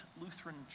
Lutheran